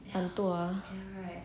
懒惰